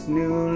new